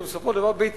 שהוא בסופו של דבר ביתי,